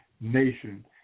nation